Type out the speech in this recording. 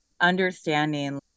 understanding